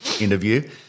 interview